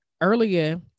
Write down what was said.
earlier